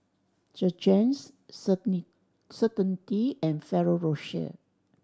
Jergens Certainty and Ferrero Rocher